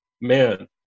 Man